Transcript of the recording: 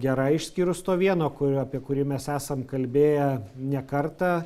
gera išskyrus to vieno kur apie kurį mes esam kalbėję ne kartą